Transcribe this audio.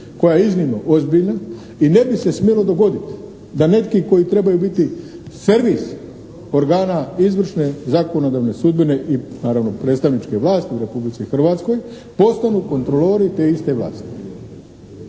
koja je iznimno ozbiljna i ne bi se smjelo dogoditi da neki koji trebaju biti servis organa izvršne, zakonodavne, sudbene i naravno predstavničke vlasti u Republici Hrvatskoj, postanu kontrolori te iste vlasti.